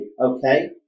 okay